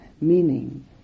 meaning